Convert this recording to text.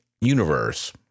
Universe